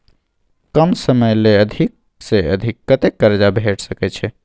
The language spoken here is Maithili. कम समय ले अधिक से अधिक कत्ते कर्जा भेट सकै छै?